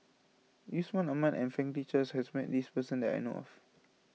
Yusman Aman and Franklin Charles has met this person that I know of